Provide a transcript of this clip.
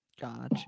Gotcha